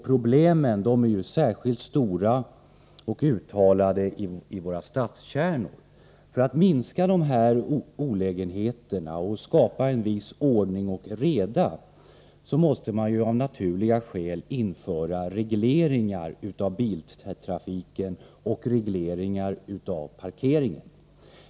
Problemen är särskilt stora och uttalade i våra stadskärnor. För att minska dessa olägenheter och skapa en viss ordning och reda måste man av naturliga skäl införa regleringar av biltrafiken och regleringar av parkeringen.